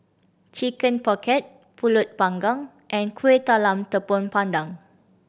Chicken Pocket Pulut Panggang and Kueh Talam Tepong Pandan